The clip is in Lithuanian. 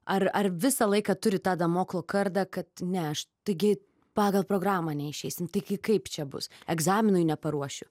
ar ar visą laiką turit tą damoklo kardą kad ne aš taigi pagal programą neišeisim taigi kaip čia bus egzaminui neparuošiu